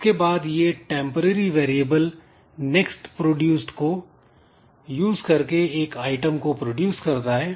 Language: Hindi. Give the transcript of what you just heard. इसके बाद यह टेंपरेरी वेरिएबल नेक्स्ट प्रोड्यूस्ड को यूज़ करके एक आइटम को प्रोड्यूस करता है